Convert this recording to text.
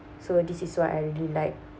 so this is what I really like